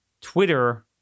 Twitter